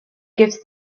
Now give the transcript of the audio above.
gives